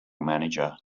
manager